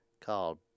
called